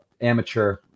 amateur